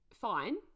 fine